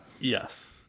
Yes